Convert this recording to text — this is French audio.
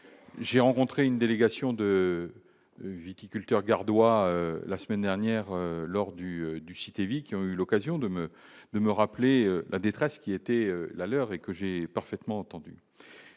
j'ai rencontré une délégation de viticulteurs gardois, la semaine dernière lors du du site qui ont eu l'occasion de me de me rappeler la détresse qui était la leur et que j'ai parfaitement entendu